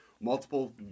multiple